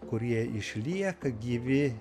kurie išlieka gyvi